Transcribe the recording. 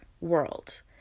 world